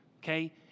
Okay